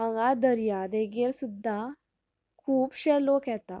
हांगा दर्या देगेर सुद्दां खुबशे लोक येतात